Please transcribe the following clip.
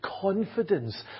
confidence